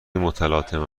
متلاطم